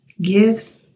gifts